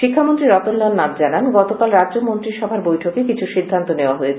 শিক্ষামন্ত্রী রতনলাল নাথ জানান গতকাল রাজ্য মন্ত্রিসভার বৈঠকে কিছু সিদ্ধান্ত নেওয়া হয়েছে